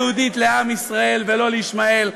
מדינה יהודית לעם ישראל ולא לישמעאל.